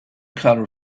colour